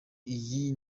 iyi